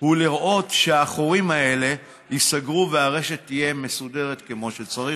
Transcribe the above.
היא לראות שהחורים האלה ייסגרו והרשת תהיה מסודרת כמו שצריך.